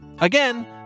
Again